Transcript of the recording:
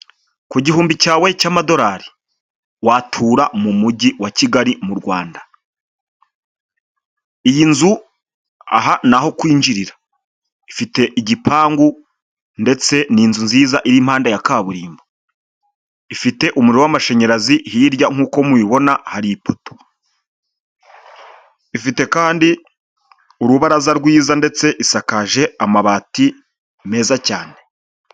Ku gihumbi cyawe cy'amadolari watura mu mujyi wa Kigali mu Rwanda. Iyi nzu aha ni aho kwinjirira ,ifite igipangu ndetse nziza iri impande ya kaburimbo, ifite umuriro w'amashanyarazi hirya nkuko mubona hari ipoto ifite kandi urubaraza rwiza ndetse isakaje amabati meza cyane.